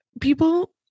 people